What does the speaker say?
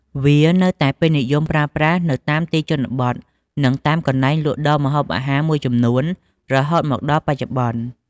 វានៅតែពេញនិយមប្រើប្រាស់នៅតាមទីជនបទ និងតាមកន្លែងលក់ដូរម្ហូបអាហារមួយចំនួនរហូតមកដល់បច្ចុប្បន្ន។